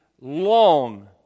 long